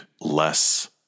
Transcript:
less